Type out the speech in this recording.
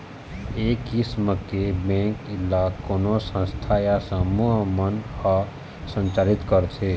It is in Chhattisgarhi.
ए किसम के बेंक ल कोनो संस्था या समूह मन ह संचालित करथे